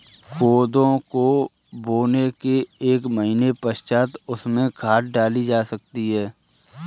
कोदो को बोने के एक महीने पश्चात उसमें खाद डाली जा सकती है